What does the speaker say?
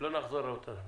שלא נחזור על אותה טעות.